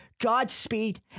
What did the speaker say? Godspeed